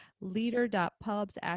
leader.pubs